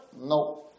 No